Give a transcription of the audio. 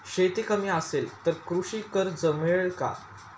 शेती कमी असेल तर कृषी कर्ज मिळेल का?